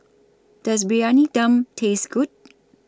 Does Briyani Dum Taste Good